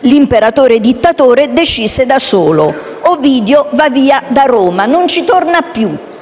L'imperatore dittatore decise da solo: Ovidio va via da Roma e non ci torna più.